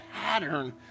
pattern